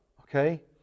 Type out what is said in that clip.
Okay